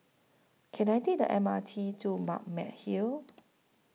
Can I Take The M R T to Balmeg Hill